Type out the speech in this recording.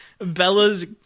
Bella's